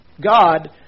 God